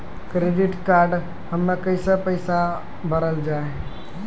Credit card हम्मे कैसे पैसा भरल जाए?